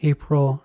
April